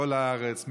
בכל הארץ,